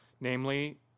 namely